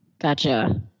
Gotcha